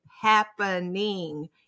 happening